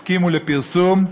הסכימו לפרסום,